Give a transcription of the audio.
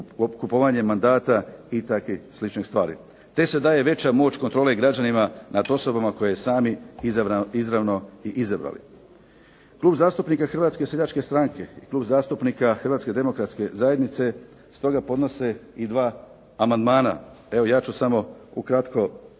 kupovanjem mandata i takvih sličnih stvari te se daje veća moć kontrole građanima nad osobama koje sami izravno i izabrali. Klub zastupnika Hrvatske seljačke stranke i Klub zastupnika Hrvatske demokratske zajednice stoga podnose i dva amandmana. Evo ja ću samo ukratko